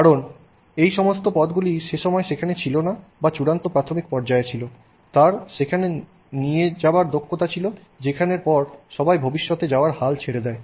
কারণ এই সমস্ত পথগুলি সেসময় সেখানে ছিল না বা চূড়ান্ত প্রাথমিক পর্যায়ে ছিল তার সেখানে নিয়ে যাবার দক্ষতা ছিল যেখানের পর সবাই ভবিষ্যতে যাওয়ার হাল ছেড়ে দেয়